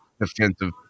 defensive